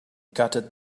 gutted